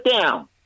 down